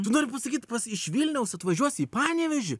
tu nori pasakyt pas iš vilniaus atvažiuosi į panevėžį